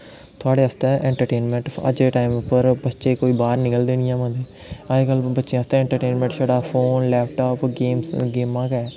थुआढ़े आस्तै इंट्रटेनमैंट अज्जै दे टाइम उप्पर बच्चे कोई बाह्र निकलदे निं ऐ अजकल्ल बच्चें आस्तै इंट्रटेनमैंट छड़ा फोन लैपटॉप गेमां गै